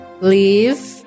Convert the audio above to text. leave